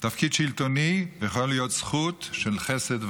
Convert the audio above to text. תפקיד שלטוני, ויכול להיות זכות של חסד ורחמים.